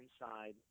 inside